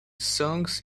songs